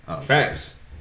Facts